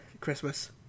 Christmas